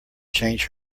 change